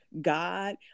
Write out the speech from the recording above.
God